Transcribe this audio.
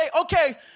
okay